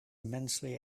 immensely